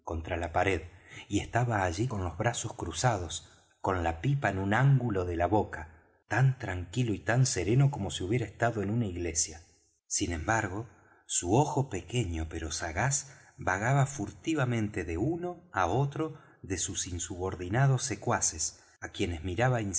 la pared y estaba allí con los brazos cruzados con la pipa en un ángulo de la boca tan tranquilo y tan sereno como si hubiera estado en una iglesia sin embargo su ojo pequeño pero sagaz vagaba furtivamente de uno á otro de sus insubordinados secuaces á quienes miraba